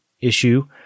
issue